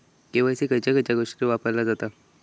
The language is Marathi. के.वाय.सी खयच्या खयच्या गोष्टीत वापरला जाता?